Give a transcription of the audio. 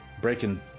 breaking